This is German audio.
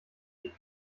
dick